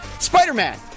Spider-Man